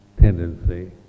tendency